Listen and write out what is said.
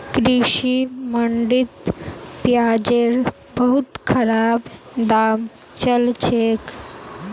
कृषि मंडीत प्याजेर बहुत खराब दाम चल छेक